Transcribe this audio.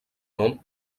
nom